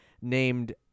named